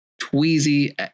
tweezy